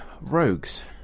Rogues